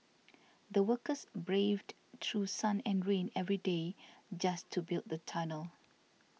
the workers braved through sun and rain every day just to build the tunnel